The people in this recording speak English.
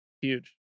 huge